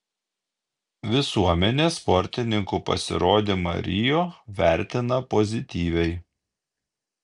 visuomenė sportininkų pasirodymą rio vertina pozityviai